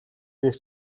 гэх